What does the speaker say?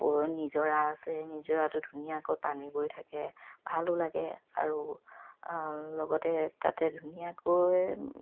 নিজৰা আছে নিজৰাটো ধুনীয়াকৈ পানী বৈ থাকে ভালো লাগে আৰু লগতে তাতে ধুনীয়াকৈ